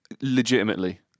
legitimately